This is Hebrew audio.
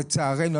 לצערנו.